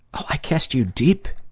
i cast you deep,